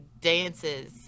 dances